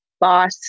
boss